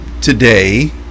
today